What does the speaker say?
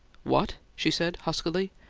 what? she said, huskily.